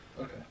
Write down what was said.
okay